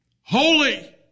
holy